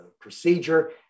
procedure